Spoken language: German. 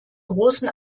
großen